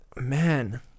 man